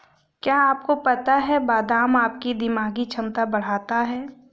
क्या आपको पता है बादाम आपकी दिमागी क्षमता बढ़ाता है?